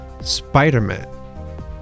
spider-man